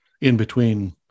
in-between